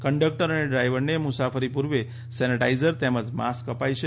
conductor અને ડ્રાઇવરને મુસાફરી પૂર્વે સેનેટાઇઝર તેમજ માસ્ક અપાય છે